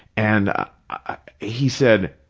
and he said,